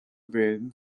room